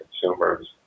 consumers